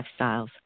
lifestyles